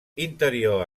interior